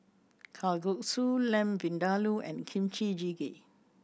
Kalguksu Lamb Vindaloo and Kimchi Jjigae